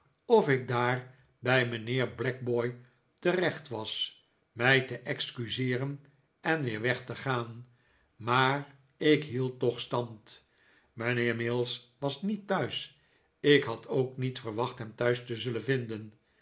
of ik daar bij mijnheer blackboy terecht was mij te excuseeren en weer weg te paan maar ik hield toch stand mijnheer mills was niet thuis ik had ook niet verwacht hem thuis te zullen vinden